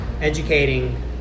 educating